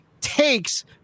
takes